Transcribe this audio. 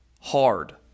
hard